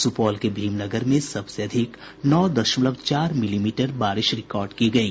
सुपौल के भीमनगर में सबसे अधिक नौ दशमलव चार मिलीमीटर बारिश रिकार्ड की गयी